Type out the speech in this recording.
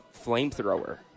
flamethrower